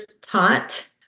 taught